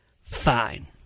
Fine